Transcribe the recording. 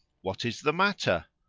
what is the matter?